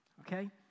Okay